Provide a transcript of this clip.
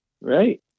Right